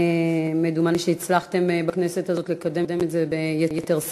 דומני שהצלחתם בכנסת הזאת לקדם את זה ביתר שאת.